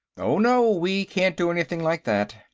oh, no we can't do anything like that.